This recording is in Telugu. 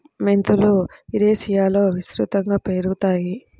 మెంతులు యురేషియాలో విస్తృతంగా పెరుగుతాయి